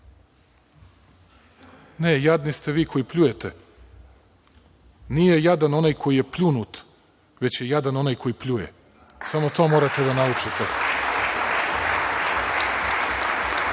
jadni ste vi koji pljujete. Nije jadan onaj koji je pljunut, već je jadan onaj koji pljuje. Samo to morate da naučite. Mislim